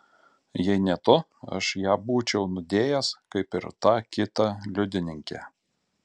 jei ne tu aš ją būčiau nudėjęs kaip ir tą kitą liudininkę